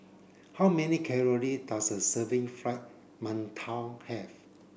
how many calorie does a serving fried mantou have